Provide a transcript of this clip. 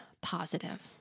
positive